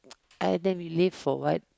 ah then we live for what